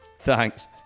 Thanks